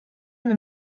wenn